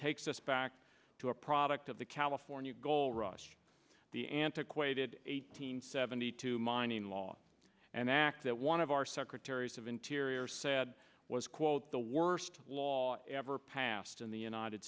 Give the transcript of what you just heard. takes us back to a product of the california gold rush the antiquated eight hundred seventy two mining law and that one of our secretaries of interior said was quote the worst law ever passed in the united